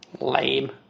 Lame